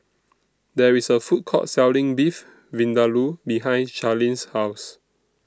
There IS A Food Court Selling Beef Vindaloo behind Charlene's House